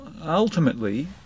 ultimately